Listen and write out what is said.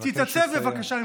תתייצב בבקשה, אבקש לסיים.